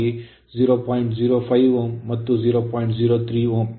05 Ω ಮತ್ತು 0